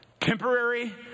temporary